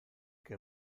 que